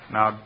Now